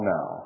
Now